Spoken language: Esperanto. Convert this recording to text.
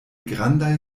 grandaj